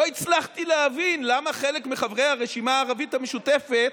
לא הצלחתי להבין למה חלק מחברי הרשימה הערבית המשותפת